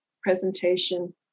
presentation